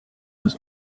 was